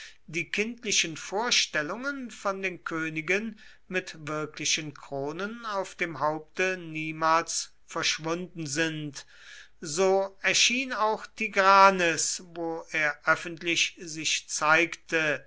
die kindlichen vorstellungen von den königen mit wirklichen kronen auf dem haupte niemals verschwunden sind so erschien auch tigranes wo er öffentlich sich zeigte